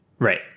Right